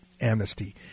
amnesty